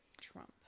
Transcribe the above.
Trump